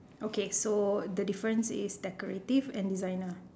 okay so the difference is decorative and designer